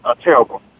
terrible